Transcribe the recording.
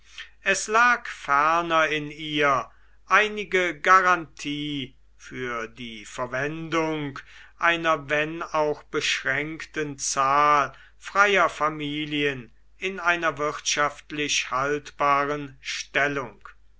es lag ferner in ihr einige garantie für die verwendung einer wenn auch beschränkten zahl freier familien in einer wirtschaftlich haltbaren stellung